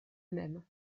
même